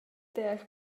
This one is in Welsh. deall